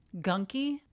Gunky